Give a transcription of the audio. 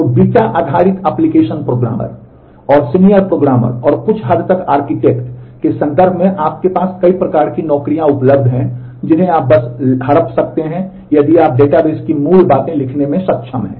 तो बीटा आधारित application programmer के संदर्भ में आपके पास कई प्रकार की नौकरियां उपलब्ध हैं जिन्हें आप बस हड़प सकते हैं यदि आप डेटाबेस की मूल बातें लिखने में सक्षम हैं